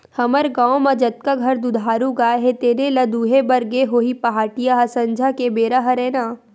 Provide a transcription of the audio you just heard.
हमर गाँव म जतका घर दुधारू गाय हे तेने ल दुहे बर गे होही पहाटिया ह संझा के बेरा हरय ना